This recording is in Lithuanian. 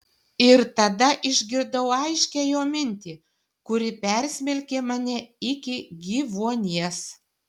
ir tada išgirdau aiškią jo mintį kuri persmelkė mane iki gyvuonies